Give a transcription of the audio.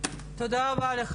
תודה רבה לך.